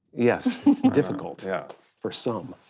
yes, it's and difficult yeah for some.